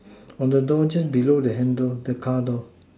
on the door just below the handler the car door